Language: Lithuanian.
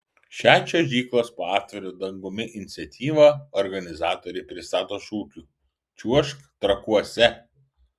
šią čiuožyklos po atviru dangumi iniciatyvą organizatoriai pristato šūkiu čiuožk trakuose